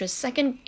second